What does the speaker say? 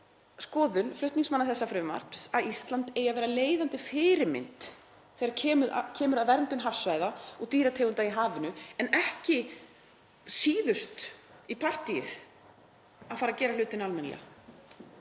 skoðun flutningsmanna þessa frumvarps að Ísland eigi að vera leiðandi fyrirmynd þegar kemur að verndun hafsvæða og dýrategunda í hafinu en ekki síðust í partíið að fara að gera hlutina almennilega.